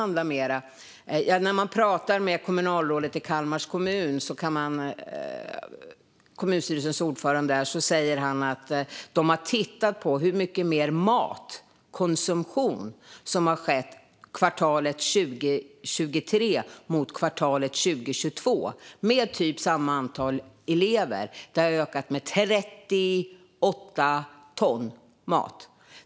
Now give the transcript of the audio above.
När man pratar med kommunstyrelsens ordförande i Kalmar kommun får man veta att de har tittat på hur mycket mer mat som har konsumerats under ett kvartal 2023 jämfört med samma kvartal 2022. Det är ungefär samma antal elever, men matkonsumtionen har ökat med 38 ton.